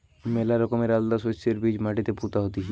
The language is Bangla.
ম্যালা রকমের আলাদা শস্যের বীজ মাটিতে পুতা হতিছে